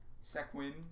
Sequin